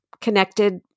connected